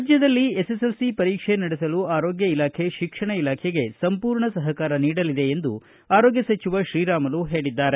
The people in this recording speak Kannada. ರಾಜ್ಯದಲ್ಲಿ ಎಸ್ಎಸ್ಎಲ್ಸಿ ಪರೀಕ್ಷೆ ನಡೆಸಲು ಆರೋಗ್ತ ಇಲಾಖೆ ಶಿಕ್ಷಣ ಇಲಾಖೆಗೆ ಸಂಪೂರ್ಣ ಸಹಕಾರ ನೀಡಲಿದೆ ಎಂದು ಆರೋಗ್ಯ ಸಚಿವ ಶ್ರೀರಾಮುಲು ಹೇಳಿದ್ದಾರೆ